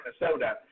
Minnesota